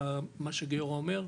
למה שגיורא אומר,